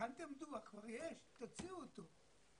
הכנתם דוח, כבר יש, תוציאו אותו.